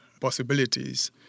possibilities